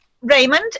Raymond